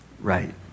Right